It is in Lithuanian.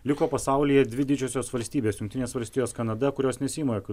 liko pasaulyje dvi didžiosios valstybės jungtinės valstijos kanada kurios nesiima jokių